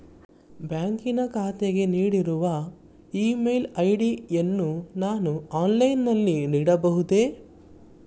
ಬ್ಯಾಂಕಿನ ಖಾತೆಗೆ ನೀಡಿರುವ ಇ ಮೇಲ್ ಐ.ಡಿ ಯನ್ನು ನಾನು ಆನ್ಲೈನ್ ನಲ್ಲಿ ನೀಡಬಹುದೇ?